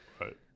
right